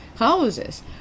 Houses